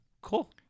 cool